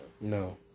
No